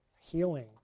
healing